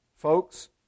Folks